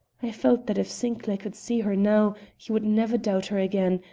i felt that if sinclair could see her now he would never doubt her again,